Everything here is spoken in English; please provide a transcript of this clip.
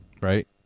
right